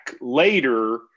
later